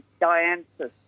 dianthus